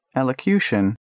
elocution